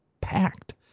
packed